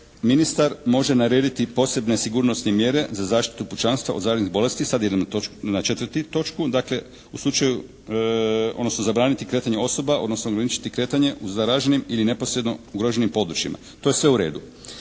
ministar, može narediti i posebne sigurnosne mjere za zaštitu pučanstva od zaraznih bolesti. Sad idem na 4. točku. Dakle u slučaju odnosno zabraniti kretanje osoba odnosno ograničiti kretanje u zaraženim ili neposredno ugroženim područjima. To je sve u redu.